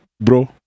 bro